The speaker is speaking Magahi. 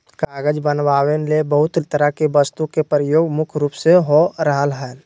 कागज बनावे ले बहुत तरह के वस्तु के प्रयोग मुख्य रूप से हो रहल हल